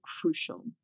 crucial